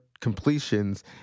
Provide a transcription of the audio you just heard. completions